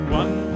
one